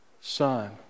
Son